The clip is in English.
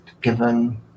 Given